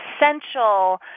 essential